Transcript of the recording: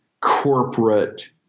corporate